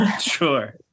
Sure